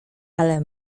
ale